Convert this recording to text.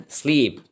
sleep